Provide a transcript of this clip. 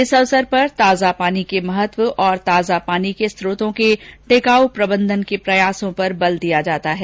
इस अवसर पर ताजा पानी के महत्व और ताजा पानी के स्रोतों के टिकाऊ प्रबंधन के प्रयासों पर बल दिया जाता है